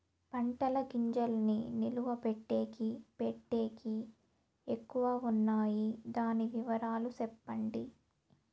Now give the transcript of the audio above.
పంటల గింజల్ని నిలువ పెట్టేకి పెట్టేకి ఎక్కడ వున్నాయి? దాని వివరాలు సెప్పండి?